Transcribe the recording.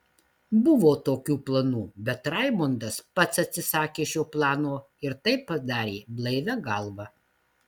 buvo tokių planų bet raimondas pats atsisakė šio plano ir tai padarė blaivia galva